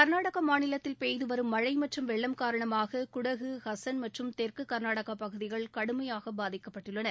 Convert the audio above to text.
கர்நாடகா மாநிலத்தில் பெய்து வரும் மழை வெள்ளம் காரணமாக குடகு ஹசன் மற்றும் தெற்கு கர்நாடகா பகுதிகள் கடுமையாக பாதிக்கக்பட்டுள்ளன